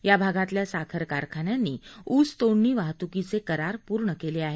या भागातल्या साखर कारखान्यांनी ऊस तोडणी वाहतुकीचे करार पूर्ण केले आहेत